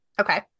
Okay